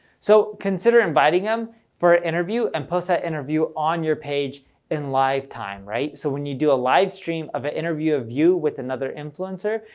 so consider inviting them for a interview and post that interview on your page in live time, right? so when you do a livestream of a interview of you with another influencer,